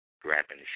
Grabbing